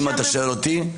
אם אתה שואל אותי,